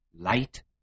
light